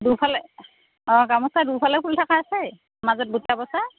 দুয়োফালে অঁ গামোচা দুয়োফালে ফুল থকা আছে মাজত বুটা বছা